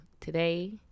Today